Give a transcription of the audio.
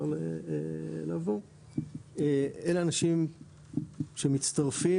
אלה אנשים שמצטרפים,